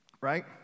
right